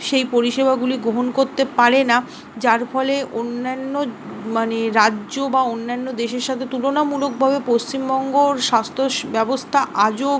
সেই পরিষেবাগুলি গ্রহণ করতে পারে না যার ফলে অন্যান্য মানে রাজ্য বা অন্যান্য দেশের সাতে তুলনামূলকভাবে পশ্চিমবঙ্গর স্বাস্থ্য ব্যবস্থা আজও